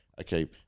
okay